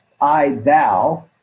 I-thou